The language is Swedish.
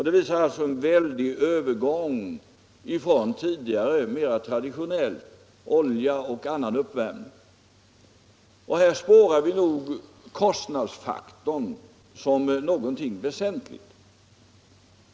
Det visar alltså en väldig övergång från tidigare mera traditionell oljeuppvärmning och annan uppvärmning. Här spårar vi nog kostnadsfaktorn som någonting väsentligt.